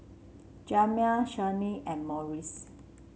Jamal Shianne and Morris